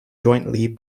jointly